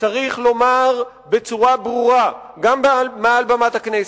צריך לומר בצורה ברורה גם מעל במת הכנסת: